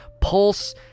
Pulse